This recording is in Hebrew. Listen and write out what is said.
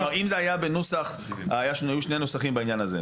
היו שני נוסחים בעניין הזה.